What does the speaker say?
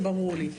זה ברור לי,